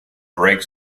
break